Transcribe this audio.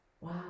Wow